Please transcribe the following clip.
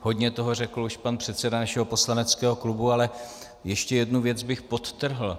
Hodně toho řekl už pan předseda našeho poslaneckého klubu, ale ještě jednu věc bych podtrhl.